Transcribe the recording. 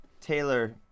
Taylor